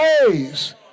ways